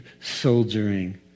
soldiering